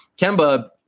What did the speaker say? Kemba